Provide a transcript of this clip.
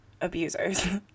abusers